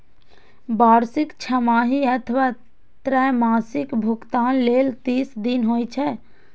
वार्षिक, छमाही अथवा त्रैमासिक भुगतान लेल तीस दिन होइ छै